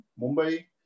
Mumbai